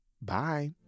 Bye